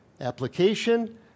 Application